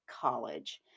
college